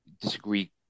disagree